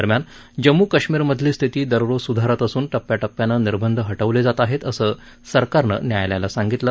दरम्यान जम्म् कश्मीरमधली स्थिती दररोज सुधारत असुन टप्प्याटप्प्यानं निर्बंध हटवले जात आहे असं सरकारनं न्यायालयाला सांगितलं